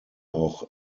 auch